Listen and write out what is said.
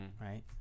right